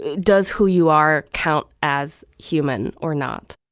does who you are count as human or not?